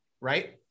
right